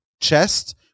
chest